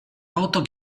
auto